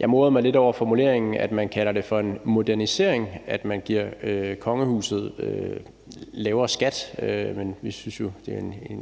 Jeg morede mig lidt over formuleringen, nemlig at man kalder det for en modernisering, at man giver kongehuset lavere skat. Men vi synes jo, det er